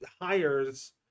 hires